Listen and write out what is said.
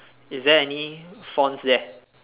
is there any fonts there